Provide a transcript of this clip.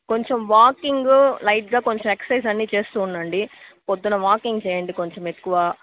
కొంచెం వాకింగు లైట్గా కొంచెం ఎక్ససైజ్ అన్ని చేస్తూ ఉండండి పొద్దున్న వాకింగ్ చెయ్యండి కొంచెం ఎక్కువ